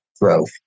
growth